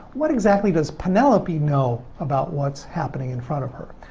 what exactly does penelope know about what's happening in front of her?